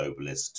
globalist